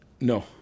No